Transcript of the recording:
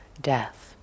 death